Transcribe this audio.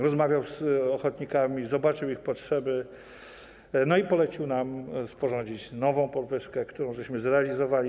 Rozmawiał z ochotnikami, zobaczył ich potrzeby i polecił nam sporządzić nową podwyżkę, którą zrealizowaliśmy.